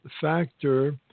factor